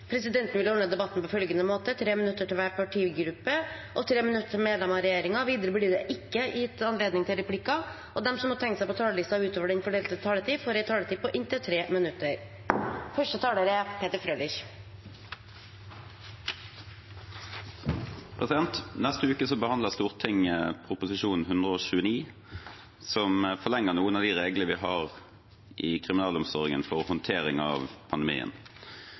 Presidenten vil ordne debatten på følgende måte: 3 minutter til hver partigruppe og 3 minutter til medlemmer av regjeringen. Videre vil det ikke bli gitt anledning til replikker, og de som måtte tegne seg på talerlisten utover den fordelte taletid, får også en taletid på inntil 3 minutter. Neste uke behandler Stortinget Prop. 129 L for 2020–2021, som forlenger noen av de reglene vi har i kriminalomsorgen for håndtering av pandemien.